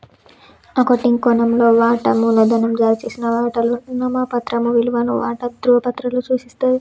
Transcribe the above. accounting కోణంలో, వాటా మూలధనం జారీ చేసిన వాటాల నామమాత్రపు విలువను వాటా ధృవపత్రాలలో సూచిస్తది